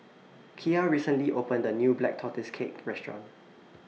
Kiya recently opened A New Black Tortoise Cake Restaurant